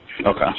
Okay